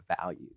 value